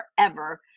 forever